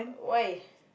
why